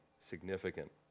significant